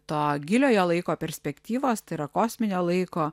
to giliojo laiko perspektyvos tai yra kosminio laiko